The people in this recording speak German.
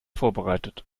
vorbereitet